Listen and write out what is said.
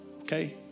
okay